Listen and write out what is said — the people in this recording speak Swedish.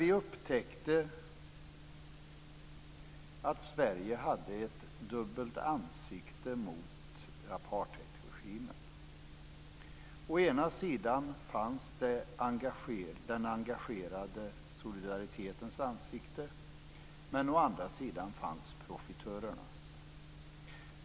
Vi upptäckte dock att Sverige hade ett dubbelt ansikte gentemot apartheidregimen. Å ena sidan fanns den engagerade solidaritetens ansikte. Å andra sidan fanns profitörernas.